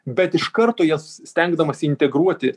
bet iš karto jas stengdamasi integruoti